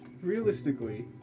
Realistically